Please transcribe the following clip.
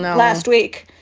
last week,